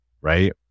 right